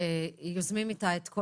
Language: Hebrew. אז לא יהיו חוות דעת פסיכיאטריות.